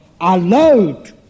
allowed